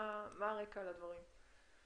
מה הרקע לדברים?